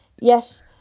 Yes